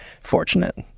Fortunate